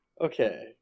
okay